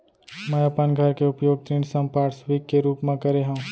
मै अपन घर के उपयोग ऋण संपार्श्विक के रूप मा करे हव